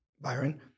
Byron